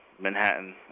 Manhattan